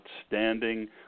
outstanding